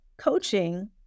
Coaching